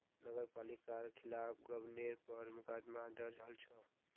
नगर पालिकार खिलाफ गबनेर पर मुकदमा दर्ज हल छ